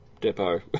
depot